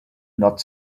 not